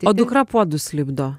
o dukra puodus lipdo